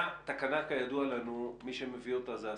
תקנה, כידוע לנו, מי שמביא אותה זה השר,